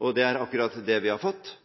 Og det er akkurat det vi har fått.